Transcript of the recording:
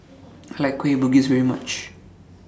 I like Kueh Bugis very much